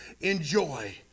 enjoy